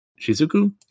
Shizuku